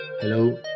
Hello